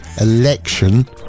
election